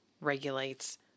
regulates